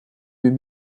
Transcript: deux